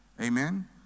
Amen